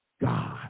God